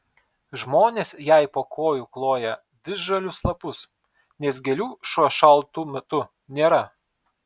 žmonės jai po kojų kloja visžalius lapus nes gėlių šiuo šaltu metu nėra